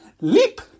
Leap